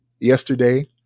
yesterday